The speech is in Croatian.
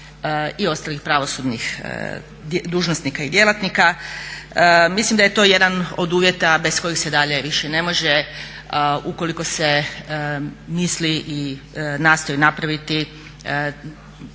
i ostalih pravosudnih dužnosnika i djelatnika. Mislim da je to jedan od uvjeta bez kojih se dalje više ne može ukoliko se misli i nastoji napraviti